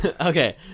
Okay